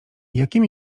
jakimi